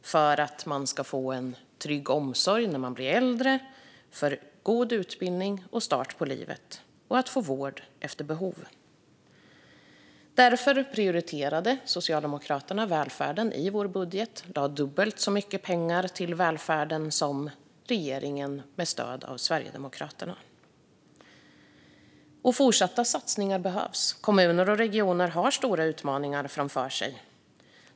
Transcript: Det handlar om att få en trygg omsorg när man blir äldre, om att få en god utbildning och en god start på livet samt om att få vård efter behov. Därför prioriterade vi i Socialdemokraterna välfärden i vårt budgetförslag. Vi lade dubbelt så mycket pengar till välfärden som regeringen med stöd av Sverigedemokraterna gör. Fortsatta satsningar behövs. Kommuner och regioner har stora utmaningar framför sig.